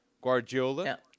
Guardiola